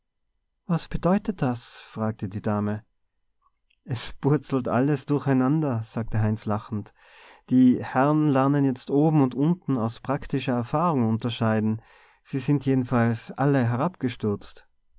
was bedeutet das fragte die dame es purzelt alles durcheinander sagte heinz lachend die herren lernen jetzt oben und unten aus praktischer erfahrung unterscheiden sie sind jedenfalls alle